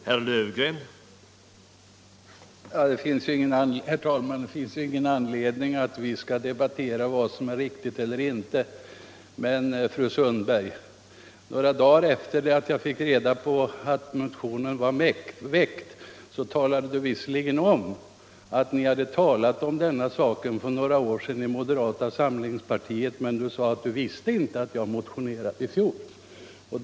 Herr talman! Det finns ju ingen anledning för oss att debattera vad som är riktigt eller inte. Men, fru Sundberg, några dagar efter det att jag fick reda på att den här motionen hade väckts talade fru Sundberg om att ni i moderata samlingspartiet hade resonerat om saken för några år sedan, men också att fru Sundberg inte visste att jag hade motionerat i frågan i fjol.